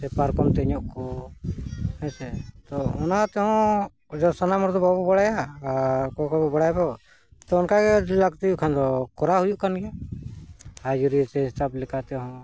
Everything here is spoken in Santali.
ᱥᱮ ᱯᱟᱨᱠᱚᱢ ᱛᱮᱧᱚᱜ ᱠᱚ ᱦᱮᱸᱥᱮ ᱛᱚ ᱚᱱᱟ ᱛᱮᱦᱚᱸ ᱥᱟᱱᱟᱢ ᱦᱚᱲ ᱫᱚ ᱵᱟᱵᱚ ᱵᱟᱲᱟᱭᱟ ᱟᱨ ᱚᱠᱚᱭ ᱠᱚ ᱠᱚ ᱵᱟᱲᱟᱭᱟᱵᱚ ᱛᱚ ᱚᱱᱠᱟ ᱜᱮ ᱞᱟᱹᱠᱛᱤ ᱠᱷᱟᱱ ᱫᱚ ᱠᱚᱨᱟᱣ ᱦᱩᱭᱩᱜ ᱠᱟᱱ ᱜᱮᱭᱟ ᱦᱟᱡᱨᱤ ᱥᱮ ᱦᱤᱥᱟᱹᱵ ᱞᱮᱠᱟᱛᱮᱦᱚᱸ